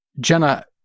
Jenna